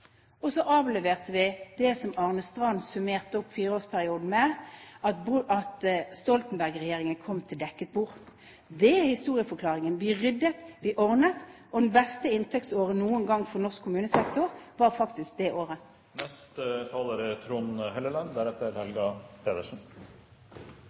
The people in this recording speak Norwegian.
avleverte vi det som Arne Strand summerte opp fireårsperioden med: at Stoltenberg-regjeringen kom til dekket bord. Det er historieforklaringen. Vi ryddet, vi ordnet, og det beste inntektsåret noen gang for norsk kommunesektor var faktisk det året.